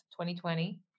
2020